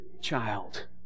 child